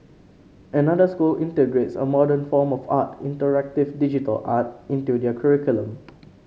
another school integrates a modern form of art interactive digital art into their curriculum